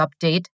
Update